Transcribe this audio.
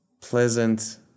pleasant